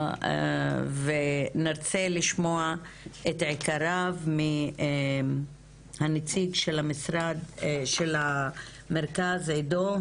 ונרצה לשמוע את עיקריו מהנציג של המרכז, עידו.